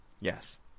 Yes